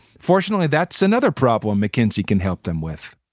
fortunately, that's another problem mckinsey can help them with